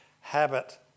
habit